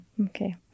okay